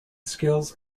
skills